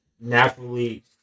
naturally